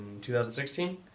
2016